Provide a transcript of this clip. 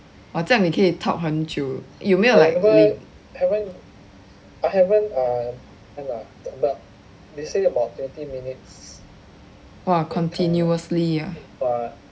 but 这样你可以 talk 很久有没有 li~ !wah! continuously ah